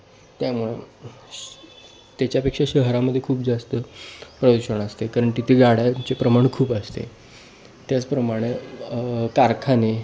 त्यामुळे त्याच्यापेक्षा शहरामध्ये खूप जास्त प्रदूषण असते कारण तिथे गाड्यांचे प्रमाण खूप असते त्याचप्रमाणे कारखाने